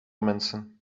mensen